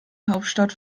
hauptstadt